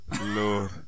lord